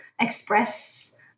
express